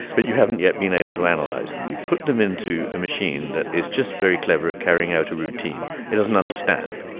but you haven't yet been able to analyze them. you put them into a machine that is just very clever at carrying out a routine. it doesn't understand.